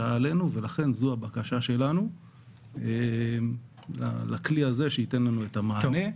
עלינו ולכן זו הבקשה שלנו לכלי הזה שייתן לנו את המענה.